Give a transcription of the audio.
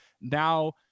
now